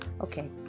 Okay